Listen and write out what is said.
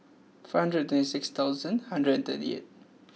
five hundred twenty six thousand hundred thirty eight